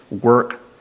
work